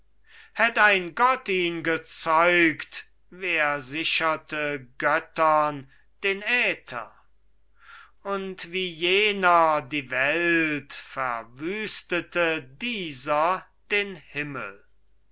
hätt ein gott ihn gezeugt wer sicherte göttern den äther und wie jener die welt verwüstete dieser den himmel